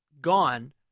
gone